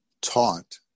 taught